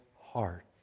heart